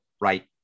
right